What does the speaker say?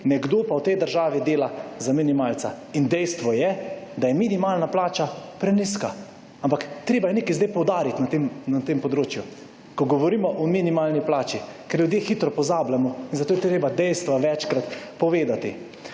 Nekdo pa v tej državi dela za minimalca. In dejstvo je, da je minimalna plača prenizka. Ampak, treba je nekaj zdaj poudariti na tem področju, ko govorimo o minimalni plači, ker ljudje hitro pozabljamo, in zato je treba dejstva večkrat povedati.